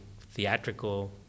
theatrical